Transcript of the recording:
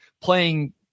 playing